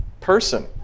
person